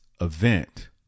event